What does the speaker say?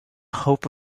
hope